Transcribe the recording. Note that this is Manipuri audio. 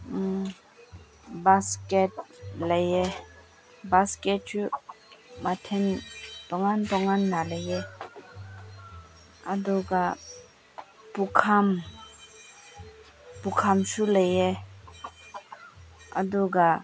ꯕꯥꯁꯀꯦꯠ ꯂꯩ ꯕꯥꯁꯀꯦꯠꯁꯨ ꯃꯈꯜ ꯇꯣꯉꯥꯟ ꯇꯣꯉꯥꯟꯅ ꯂꯩ ꯑꯗꯨꯒ ꯄꯨꯈꯝ ꯄꯨꯈꯝꯁꯨ ꯂꯩ ꯑꯗꯨꯒ